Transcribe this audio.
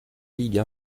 ligues